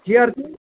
chair चाहिँ